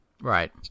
Right